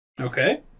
Okay